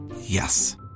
Yes